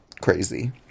crazy